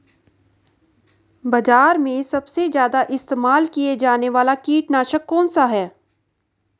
बाज़ार में सबसे ज़्यादा इस्तेमाल किया जाने वाला कीटनाशक कौनसा है?